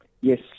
Yes